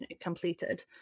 completed